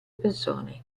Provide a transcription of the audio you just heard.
persone